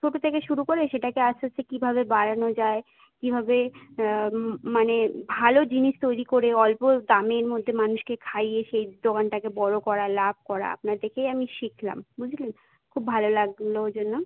ছোটো থেকে শুরু করে সেটাকে আস্তে আস্তে কীভাবে বাড়ানো যায় কীভাবে মানে ভালো জিনিস তৈরি করে অল্প দামের মধ্যে মানুষকে খাইয়ে সেই দোকানটাকে বড়ো করা লাভ করা আপনার দেখেই আমি শিখলাম বুঝলেন খুব ভালো লাগলো ওই জন্য